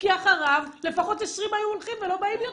כי אחריו לפחות 20 היו הולכים ולא באים יותר.